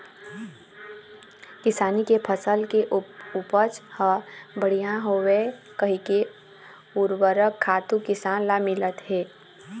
किसानी के फसल के उपज ह बड़िहा होवय कहिके उरवरक खातू किसान ल मिलत हे